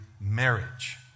marriage